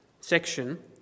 section